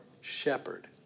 shepherd